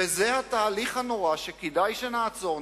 וזה התהליך הנורא שכדאי שנעצור,